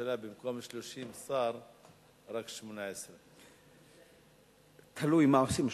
בממשלה היו במקום 30 שרים רק 18. תלוי מה עושים ה-18.